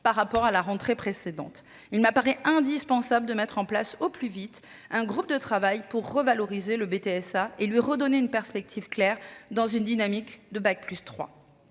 par rapport à la rentrée précédente. Il me semble indispensable de mettre en place au plus vite un groupe de travail afin de revaloriser le BTSA et de lui redonner une perspective claire, dans une dynamique bac+3.